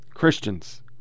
Christians